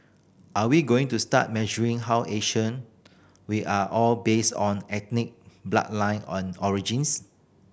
are we going to start measuring how Asian we are all based on ethnic bloodline origins